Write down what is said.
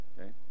okay